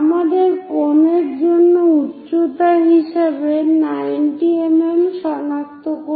আমাদের কোনের জন্য উচ্চতা হিসাবে 90 mm সনাক্ত করতে হবে